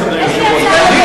הכנסת בר-און,